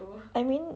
I mean